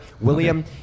William